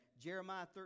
Jeremiah